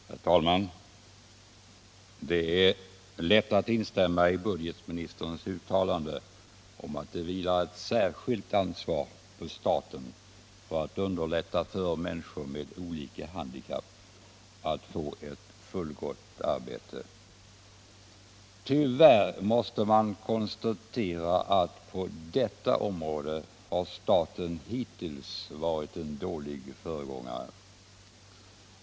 Herr talman! Det är lätt att instämma i budgetministerns uttalande att det vilar ett särskilt ansvar på staten för att underlätta för människor med olika handikapp att få ett fullgott arbete. Tyvärr måste man konstatera att staten på detta område hittills har varit en dålig föregångare.